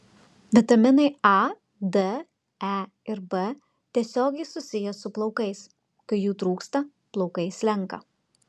vitaminai a d e ir b tiesiogiai susiję su plaukais kai jų trūksta plaukai slenka